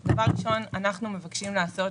חבר הכנסת אמסלם, דבר ראשון, אנחנו מבקשים לעשות